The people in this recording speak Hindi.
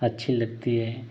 अच्छी लगती है